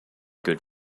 good